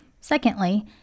secondly